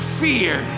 fear